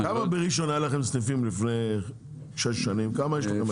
כמה בראשון היו לכם סניפים לפני שש שנים וכמה יש לכם היום?